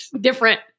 different